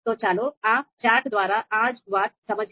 તો ચાલો આ ચાર્ટ દ્વારા આ જ વાત સમજીએ